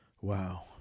Wow